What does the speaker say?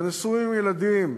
אלה נשואים עם ילדים.